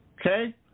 Okay